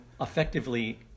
effectively